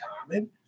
common